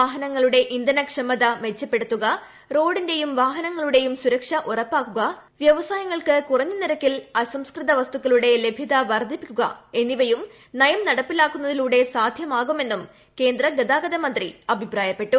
വാഹനങ്ങളുടെ ഇന്ധിന് ക്ഷമത മെച്ചപ്പെടുത്തുക റോഡിന്റെയും വാഹനങ്ങളൂഒട്ടയും ്സുരക്ഷ ഉറപ്പാക്കുക വൃവസായങ്ങൾക്ക് കുറഞ്ഞ് കീർക്കിൽ അസംസ്കൃത വസ്തുക്കളുടെ ലഭൃത ്പൂർദ്ധിപ്പിക്കുക എന്നിവയും നയം നടപ്പിലാക്കുന്നതിലൂടെ സ്മാധ്യമാകുമെന്നും കേന്ദ്ര ഗതാഗത മന്ത്രി പറഞ്ഞു